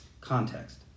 context